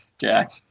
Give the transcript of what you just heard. Jack